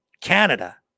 Canada